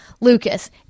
Lucas